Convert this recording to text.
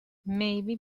maybe